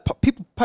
people